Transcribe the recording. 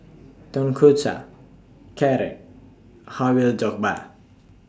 Tonkatsu Carrot Halwa Jokbal